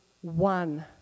one